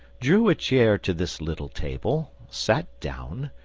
drew a chair to this little table, sat down,